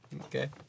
Okay